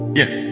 yes